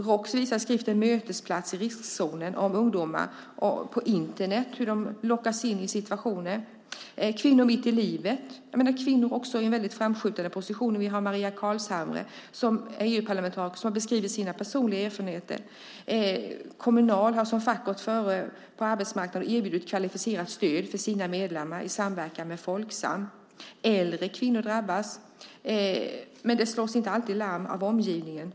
Roks har skriften Mötesplats: riskzonen - Om ungdomar och Internet . Där framgår hur de lockas in i situationer. Där finns "Kvinnor mitt i livet". Det finns kvinnor i framskjutande positioner. Vi har Maria Carlshamre, EU-parlamentariker, som har beskrivit sina personliga erfarenheter. Kommunal har som facklig organisation gått före på arbetsmarknaden och erbjudit kvalificerat stöd för sina medlemmar i samverkan med Folksam. Äldre kvinnor drabbas, men där slås inte alltid larm av omgivningen.